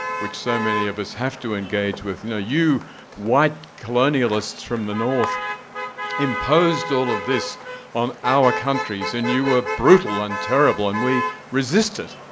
which so many of us have to engage with, you white colonialists from the north imposed all of this on our countries, and you were brutal and terrible, and we resisted,